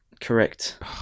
correct